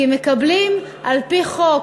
כי על-פי החוק,